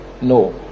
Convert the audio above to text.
no